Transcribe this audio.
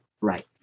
Right